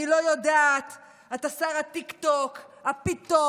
אני לא יודעת, אתה שר הטיקטוק, הפיתות,